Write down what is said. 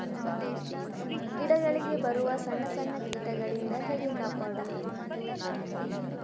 ಗಿಡಗಳಿಗೆ ಬರುವ ಸಣ್ಣ ಸಣ್ಣ ಕೀಟಗಳಿಂದ ಹೇಗೆ ಕಾಪಾಡುವುದು?